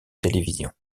télévision